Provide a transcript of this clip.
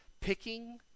picking